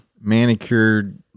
manicured